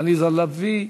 עליזה לביא.